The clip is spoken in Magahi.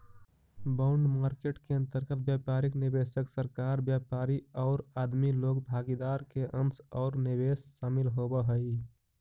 बॉन्ड मार्केट के अंतर्गत व्यापारिक निवेशक, सरकार, व्यापारी औउर आदमी लोग भागीदार के अंश औउर निवेश शामिल होवऽ हई